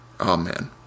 Amen